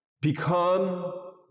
become